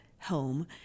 home